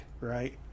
right